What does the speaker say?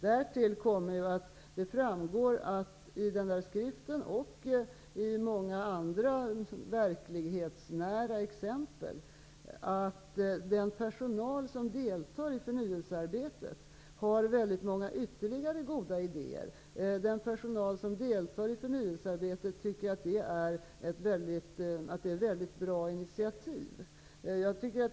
Därtill kommer att, vilket framgår i skriften och i många andra verklighetsnära exempel, den personal som deltar i förnyelsearbetet har många ytterligare goda idéer. Den personal som deltar i förnyelsearbetet tycker att det initiativ som har tagits är bra.